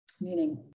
meaning